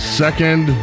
second